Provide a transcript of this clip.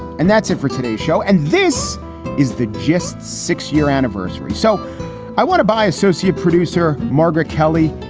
and that's it for today's show, and this is the gist. six year anniversary. so i want to buy associate producer margaret kelly,